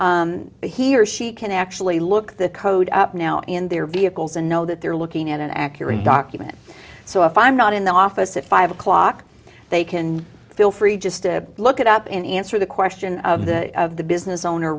complaint he or she can actually look the code up now in their vehicles and know that they're looking at an accurate document so if i'm not in the office at five o'clock they can feel free just to look at up and answer the question of the of the business owner